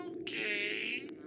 Okay